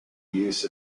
use